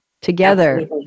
Together